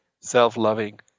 self-loving